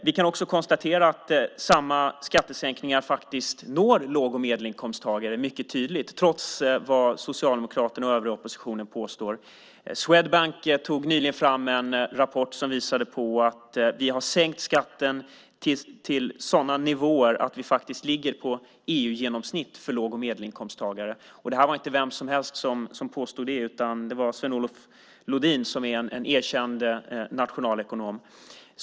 Vi kan också konstatera att samma skattesänkningar mycket tydligt når låg och medelinkomsttagare trots vad Socialdemokraterna och övriga oppositionen påstår. Swedbank tog nyligen fram en rapport som visar att vi har sänkt skatten till sådana nivåer att vi ligger på EU-genomsnittet för låg och medelinkomsttagare. Det var inte vem som helst som påstod det utan Sven-Olof Lodin, som är en erkänd nationalekonom.